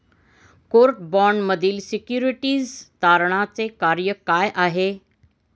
Court बाँडमधील securities तारणाचे कार्य काय आहे?